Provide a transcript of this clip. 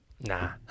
nah